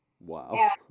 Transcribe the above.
Wow